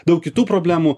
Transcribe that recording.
daug kitų problemų